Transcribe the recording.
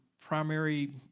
primary